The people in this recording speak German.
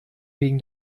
wegen